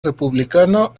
republicano